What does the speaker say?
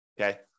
okay